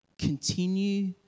Continue